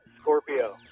Scorpio